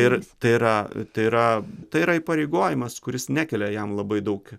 ir tai yra tai yra tai yra įpareigojimas kuris nekelia jam labai daug